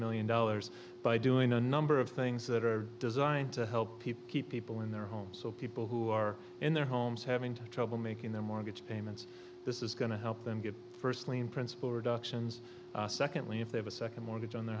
million dollars by doing a number of things that are designed to help people keep people in their homes so people who are in their homes having to trouble making their mortgage payments this is going to help them get first lien principal reduction zz secondly if they have a second mortgage on their